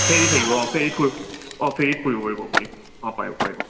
ফেৰি থাকিব অঁ ফেৰিত ফু অ' ফেৰিত ফুৰিব পাৰিব আপুনি অঁ পাৰিব পাৰিব